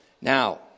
Now